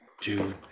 dude